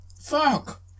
Fuck